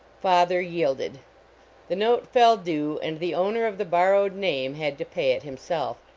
father yielded the note fell due, and the owner of the borrowed name had to pay it himself.